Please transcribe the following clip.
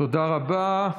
תודה רבה.